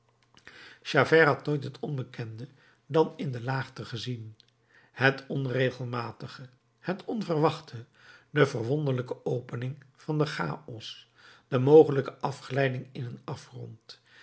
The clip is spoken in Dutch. had nooit het onbekende dan in de laagte gezien het onregelmatige het onverwachte de verwonderlijke opening van den chaos de mogelijke afglijding in een afgrond